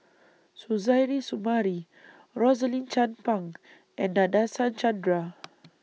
Suzairhe Sumari Rosaline Chan Pang and Nadasen Chandra